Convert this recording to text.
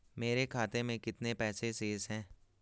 मेरे खाते में कितने पैसे शेष हैं?